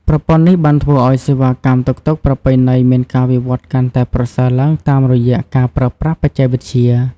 ប្រព័ន្ធនេះបានធ្វើឲ្យសេវាកម្មតុកតុកប្រពៃណីមានការវិវត្តន៍កាន់តែប្រសើរឡើងតាមរយៈការប្រើប្រាស់បច្ចេកវិទ្យា។